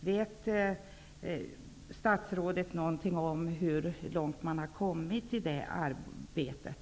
Vet statsrådet hur långt man har kommit i det arbetet?